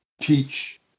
teach